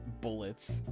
bullets